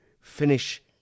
finish